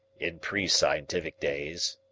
in pre-scientific days,